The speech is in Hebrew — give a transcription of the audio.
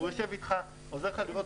והוא יושב אתך ועוזר לך.